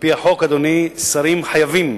על-פי החוק, אדוני, שרים חייבים,